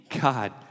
God